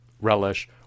relish